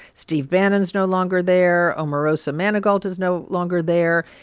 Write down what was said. steve bannon is no longer there. omarosa manigault is no longer there.